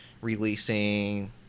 releasing